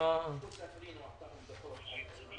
ממע"מ לסובסידיות הניתנות